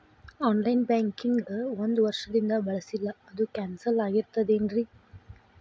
On line banking ಒಂದ್ ವರ್ಷದಿಂದ ಬಳಸಿಲ್ಲ ಅದು ಕ್ಯಾನ್ಸಲ್ ಆಗಿರ್ತದೇನ್ರಿ?